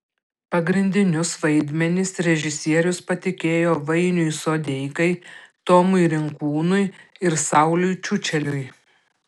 pagrindinius vaidmenis režisierius patikėjo vainiui sodeikai tomui rinkūnui ir sauliui čiučeliui